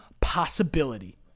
possibility